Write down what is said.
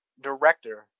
director